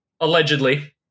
Allegedly